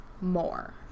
more